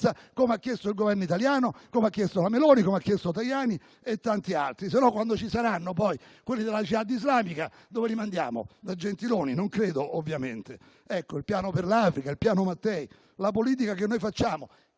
come ha chiesto il Governo italiano, come ha chiesto la Meloni, come hanno chiesto Tajani e tanti altri. Sennò, quando ci saranno poi quelli della *jihad* islamica, dove li mandiamo? Da Gentiloni? Non credo, ovviamente. Ecco, il piano per l'Africa, il piano Mattei: la politica che noi facciamo